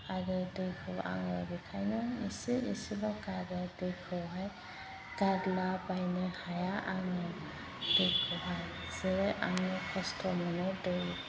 आरो दैखौ आङो बेखायनो एसे एसेल' गारो दैखौहाय गारला बायनो हाया आङो दैखौहाय जे आङो खस्थ' मोनो दै